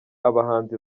abahanzi